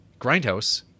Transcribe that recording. Grindhouse